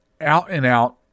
out-and-out